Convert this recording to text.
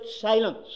silence